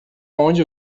onde